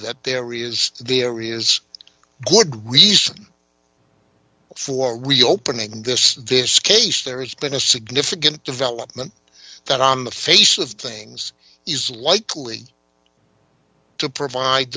that there is there is good reason for reopening this this case there has been a significant development that on the face of things is likely to provide